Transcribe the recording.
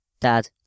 Dad